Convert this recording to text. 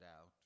out